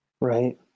Right